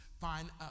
find